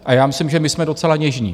A já myslím, že my jsme docela něžní.